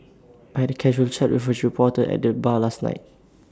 I had A casual chat with A reporter at the bar last night